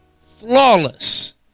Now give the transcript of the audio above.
flawless